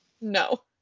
No